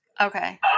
Okay